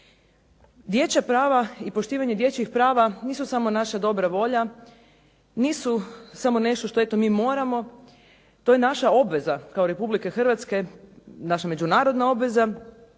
Dječja prava i poštivanje dječjih prava nisu samo naša dobra volja, nisu samo nešto što eto mi moramo, to je naša obveza kao Republike Hrvatske, naša međunarodna obveza